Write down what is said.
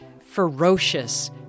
ferocious